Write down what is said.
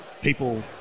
people